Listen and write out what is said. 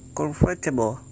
comfortable